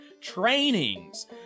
trainings